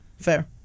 Fair